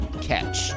catch